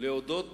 להודות